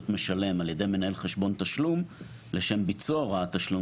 משלם על ידי מנהל חשבון תשלום לשם ביצוע הוראת תשלום